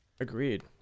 agreed